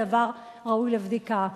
הדבר ראוי לבדיקה.